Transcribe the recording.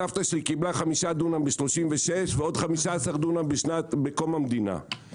הסבתא שלי קיבלה חמישה דונם ב-36' ועוד 15 דונם בקום המדינה.